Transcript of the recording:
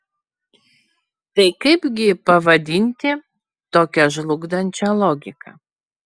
tai kaipgi pavadinti tokią žlugdančią logiką